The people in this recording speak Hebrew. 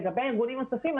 לגבי ארגונים נוספים,